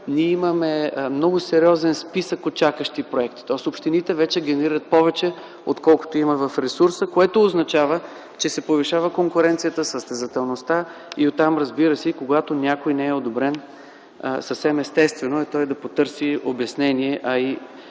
е също много добра новина, тоест общините вече генерират повече отколкото има в ресурса, което означава, че се повишава конкуренцията, състезателността и оттам, разбира се, когато някой не е одобрен, съвсем естествено е той да потърси обяснение, а и